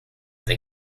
they